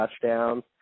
touchdowns